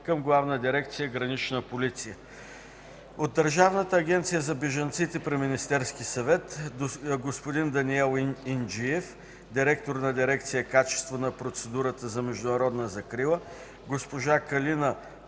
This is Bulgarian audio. към Главна дирекция „Гранична полиция”; от Държавната агенция за бежанците при Министерския съвет – господин Даниел Инджиев – директор на дирекция „Качество на процедурата за международна закрила”, госпожа Калина Попянева